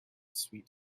sweet